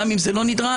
גם אם זה לא נדרש,